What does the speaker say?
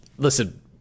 Listen